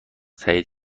تأیید